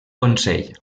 consell